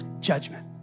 judgment